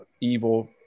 evil